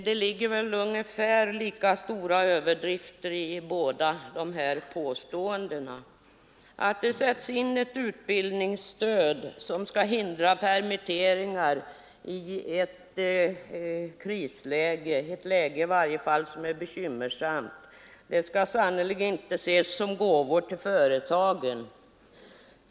Det ligger väl ungefär lika stora överdrifter i båda påståendena. Att det sätts in ett utbildningsstöd som skall hindra permitteringar i ett krisläge — eller i varje fall i ett bekymmersamt läge — skall sannerligen inte ses som gåvor till företagen.